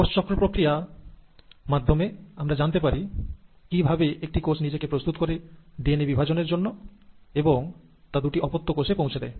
কোষ চক্র প্রক্রিয়া মাধ্যমে আমরা জানতে পারি কি ভাবে একটি কোষ নিজেকে প্রস্তুত করে ডিএনএ বিভাজনের জন্য এবং তা দুটি অপত্য কোষে পৌঁছে দেয়